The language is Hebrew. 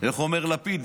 איך אומר לפיד?